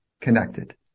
connected